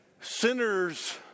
Sinners